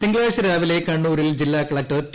തിങ്കളാഴച രാവിലെ കണ്ണൂരിൽ ജില്ലാ കളക്ടർ ടി